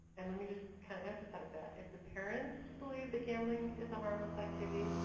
and let me just kinda emphasize that. if the parents believe that gambling is a harmless activity,